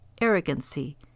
arrogancy